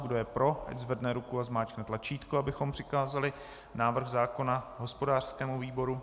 Kdo je pro, ať zvedne ruku a zmáčkne tlačítko, abychom přikázali návrh zákona hospodářskému výboru.